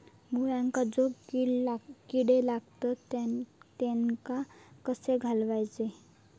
मुळ्यांका जो किडे लागतात तेनका कशे घालवचे?